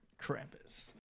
Krampus